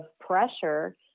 pressure